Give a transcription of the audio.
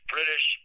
British